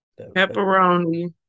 pepperoni